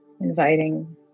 inviting